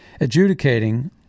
adjudicating